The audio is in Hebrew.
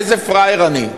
איזה פראייר אני".